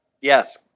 Yes